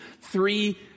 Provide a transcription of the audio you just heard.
three